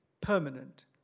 Permanent